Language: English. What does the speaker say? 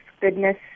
goodness